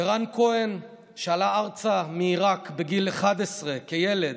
ורן כהן, שעלה ארצה מעיראק בגיל 11, כילד,